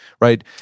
right